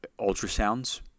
ultrasounds